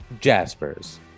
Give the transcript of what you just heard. jaspers